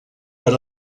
per